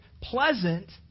pleasant